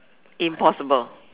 impossible